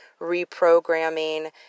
reprogramming